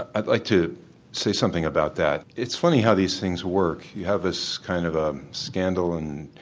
i'd like to say something about that. it's funny how these things work, you have this kind of a scandal and